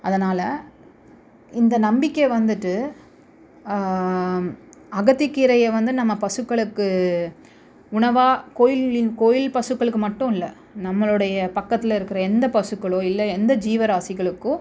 அதனால் இந்த நம்பிக்கை வந்துட்டு அகத்திக்கீரையை வந்து நம்ம பசுக்களுக்கு உணவாக கோயிலின் கோயில் பசுக்களுக்கு மட்டும் இல்லை நம்மளுடைய பக்கத்தில் இருக்குற எந்த பசுக்களோ இல்லை எந்த ஜீவராசிகளுக்கோ